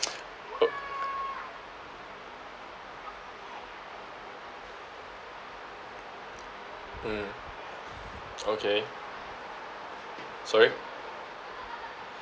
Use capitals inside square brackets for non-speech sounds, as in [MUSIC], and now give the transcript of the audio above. [NOISE] o~ mm okay sorry